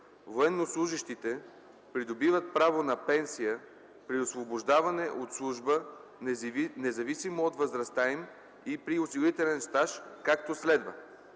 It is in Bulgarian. Военнослужещите придобиват право на пенсия при освобождаване от служба независимо от възрастта им и при осигурителен стаж, както следва: